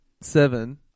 seven